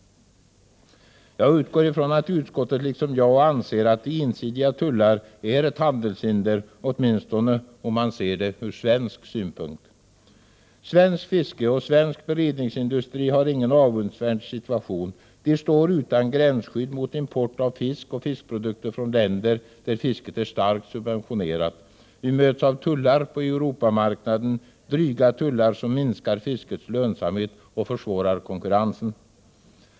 Jag utgår ifrån att utskottet liksom jag anser att ensidiga tullar är ett handelshinder, åtminstone om man ser det ur svensk synvinkel. Svenskt fiske och svensk fiskberedningsindustri har ingen avundsvärd situation. De står utan gränsskydd mot import av fisk och fiskprodukter från länder där fisket är starkt subventionerat. Vi möts av tullar på Europamarknaden, dryga tullar som minskar fiskets lönsamhet och försvårar konkurrensen.